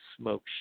smoke